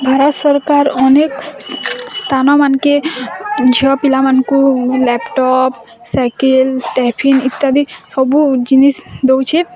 ଭାରତ ସରକାର ଅନେକ ସ୍ଥାନ ମାନଙ୍କେ ଝିଅ ପିଲାମାନଙ୍କୁ ଲାପ୍ଟପ୍ ସାଇକେଲ୍ ଟିଫିନ୍ ଇତ୍ୟାଦି ସବୁ ଜିନିଷ ଦୋଉଛେ